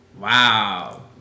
Wow